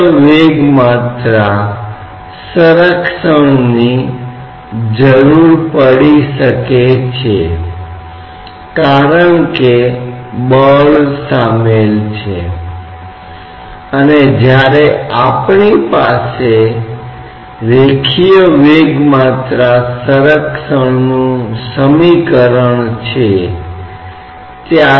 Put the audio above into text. द्रव तत्व जो स्थिरता के तहत है और द्रव तत्व जो कठोर निकाय की गति के नीचे है उनके बीच का अंतर यह है कि जब यह कठोर निकाय गति के तहत होता है तो उसके पास एक वेग त्वरण और इसी तरह की चीजें हो सकती है